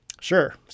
sure